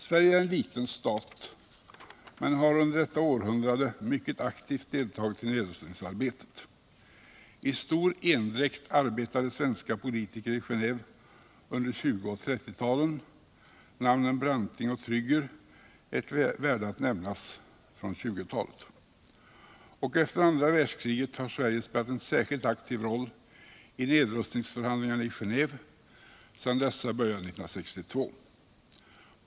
Sverige är en liten stat men har under detta århundrade mycket aktivt deltagit i nedrustningsarbetet. I stor endräkt arbetade svenska politiker i Geneve under 1920 och 1930-talen: namnen Branting och Trygger är värda all nämnas från 1920-talet. Och efter andra världskriget har Sverige spelat en särskilt aktiv roll i nedrustningsförhandlingarna i Geneve sedan dessa började 1962.